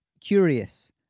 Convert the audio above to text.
curious